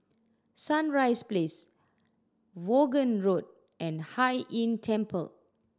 Sunrise Place Vaughan Road and Hai Inn Temple